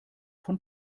von